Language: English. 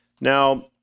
Now